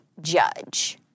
judge